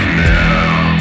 now